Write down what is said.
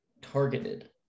targeted